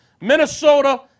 Minnesota